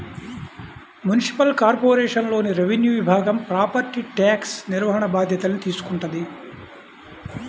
municipal కార్పొరేషన్లోని revenue విభాగం property tax నిర్వహణ బాధ్యతల్ని తీసుకుంటది